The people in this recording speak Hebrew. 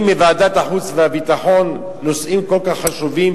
מוועדת החוץ והביטחון נושאים כל כך חשובים,